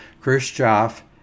Khrushchev